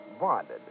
bonded